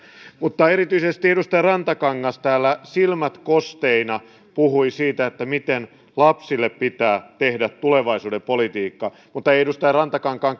mutta erityisesti edustaja rantakangas täällä silmät kosteina puhui siitä miten lapsille pitää tehdä tulevaisuuden politiikkaa mutta ei edustaja rantakankaan